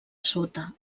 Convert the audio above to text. sota